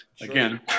again